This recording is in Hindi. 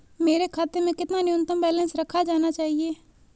मेरे खाते में कितना न्यूनतम बैलेंस रखा जाना चाहिए?